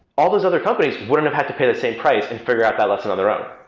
all those other companies wouldn't have had to pay the same price and figure out that lesson on their own.